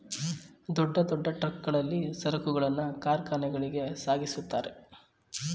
ದೊಡ್ಡ ದೊಡ್ಡ ಟ್ರಕ್ ಗಳಲ್ಲಿ ಸರಕುಗಳನ್ನು ಕಾರ್ಖಾನೆಗಳಿಗೆ ಸಾಗಿಸುತ್ತಾರೆ